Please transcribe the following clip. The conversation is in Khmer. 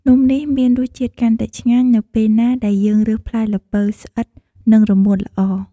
នំនេះមានរសជាតិកាន់តែឆ្ងាញ់ នៅពេលណាដែលយើងរើសផ្លែល្ពៅស្អិត និងរមួតល្អ។